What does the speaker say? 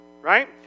right